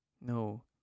No